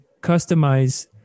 customize